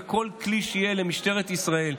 וכל כלי שיהיה למשטרת ישראל,